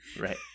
Right